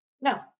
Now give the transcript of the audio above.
No